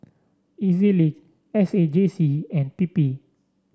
E Z Link S A J C and P P